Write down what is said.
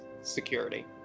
security